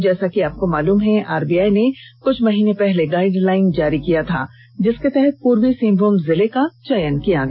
जैसा कि आपको मालूम हो आरबीआई ने कुछ महीने पहले गाइडलाइन जारी किया था जिसके तहत पूर्वी सिंहभूम जिला का चयन किया गया